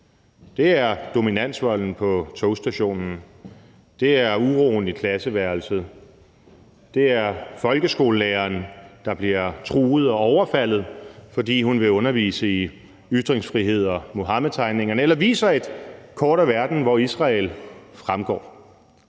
Det er dominansvolden på togstationen, det er uroen i klasseværelset, og det er folkeskolelæreren, der bliver truet og overfaldet, fordi hun vil undervise i ytringsfrihed og Muhammedtegningerne eller viser et kort af verden, hvor Israel fremgår.